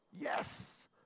Yes